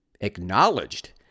acknowledged